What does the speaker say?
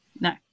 No